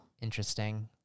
Interesting